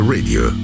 Radio